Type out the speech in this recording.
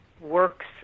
works